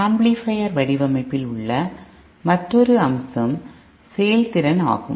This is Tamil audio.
ஆம்ப்ளிபையர் வடிவமைப்பில் உள்ள மற்றொரு அம்சம் செயல் திறன் ஆகும்